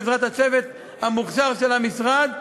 בעזרת הצוות המוכשר של המשרד,